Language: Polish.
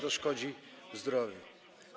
To szkodzi zdrowiu.